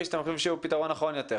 שאתם חושבים שהוא פתרון נכון יותר.